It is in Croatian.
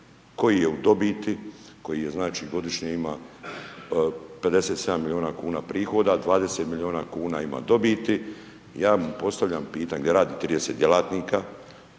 koji je u dobiti, koji je, znači, godišnje ima 57 milijuna kuna prihoda, 20 milijuna kuna ima dobiti, ja mu postavljam pitanje, radi 30 djelatnika,